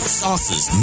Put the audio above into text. sauces